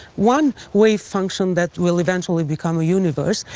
one wave function that will eventually become a universe,